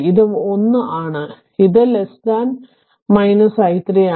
ഇത് 1 ആണ് ഇത് i3 ആണ്